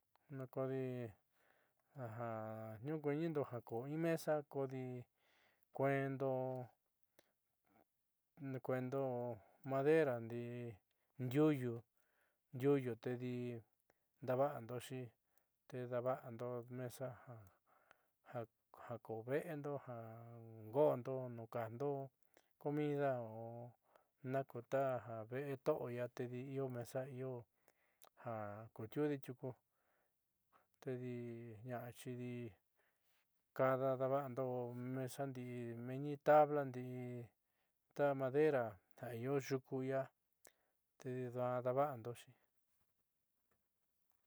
Kodi niuukuiinindo in mesa kodi kuendo madera ndi'i ndiuuyu tedi daava'andoxi te daava'ando mesa ja ku ve'endo ja go'ondo nuun kajndo comida o nakuta ta'ja ve'e to'o ia tedi io mesa io ja kuutiude tiuku tedi ña'axidi kada daava'ando mesa ndi'i meenni tabla ndii ta madera io yuku ia tedi nduaa daava'andoxi.